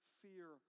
fear